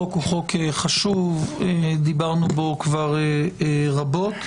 זהו חוק חשוב, ודיברנו בו רבות.